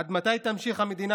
עד מתי תמשיך המדינה,